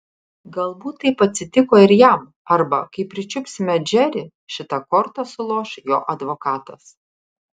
galbūt taip atsitiko ir jam arba kai pričiupsime džerį šita korta suloš jo advokatas